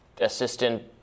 assistant